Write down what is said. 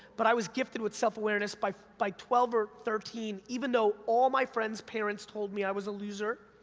but i was gifted with self-awareness by by twelve or thirteen, even though all my friends' parents told me i was a loser,